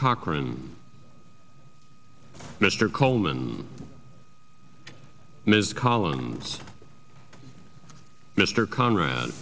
cochran mr coleman ms collins mr conrad